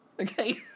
Okay